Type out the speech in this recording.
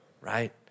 right